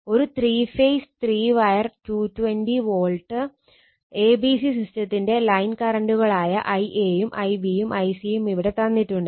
ഒരു three phase three wire 220 Volt a b c സിസ്റ്റത്തിന്റെ line കറണ്ടുകളായ Ia യും Ib യും Ic യും ഇവിടെ തന്നിട്ടുണ്ട്